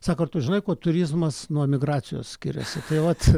sako tu žinai kuo turizmas nuo emigracijos skiriasi tai vat